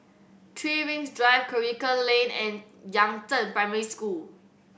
Three Rings Drive Karikal Lane and Yangzheng Primary School